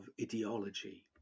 ideology